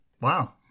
Wow